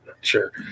sure